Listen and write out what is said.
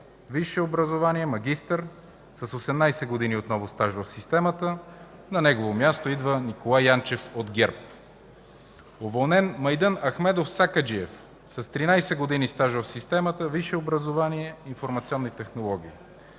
висше образование – магистър, отново с 18 години стаж в системата, на негово място идва Николай Янчев от ГЕРБ; - уволнен Майдън Ахмедов Сакаджиев, с 13 години стаж в системата, висше образование – „Информационни технологии”,